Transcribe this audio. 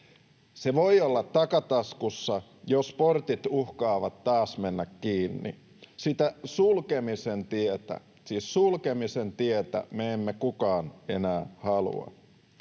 Se voi olla takataskussa, jos portit uhkaavat taas mennä kiinni. Sitä sulkemisen tietä, siis sulkemisen tietä,